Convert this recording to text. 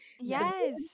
yes